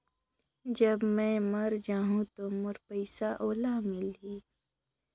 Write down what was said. जब मै मर जाहूं तो मोर पइसा ओला मिली?